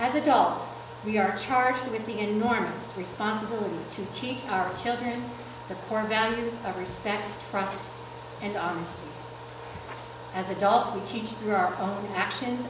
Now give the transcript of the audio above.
as adults we are charged with the enormous responsibility to teach our children the core values of respect from and on as adults we teach through our own actions